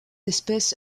espèce